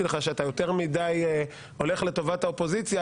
לך שאתה יותר מידי הולך לטובת האופוזיציה.